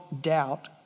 doubt